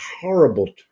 horrible